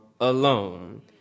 alone